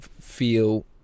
feel